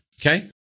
okay